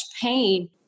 pain